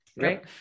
right